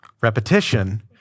Repetition